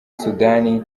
sudani